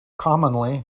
commonly